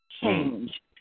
change